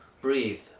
breathe